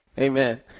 Amen